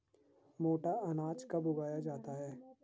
मोटा अनाज कब उगाया जाता है?